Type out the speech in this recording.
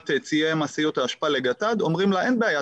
ציי משאיות האשפה לגט"ד אומרים לה: אין בעיה,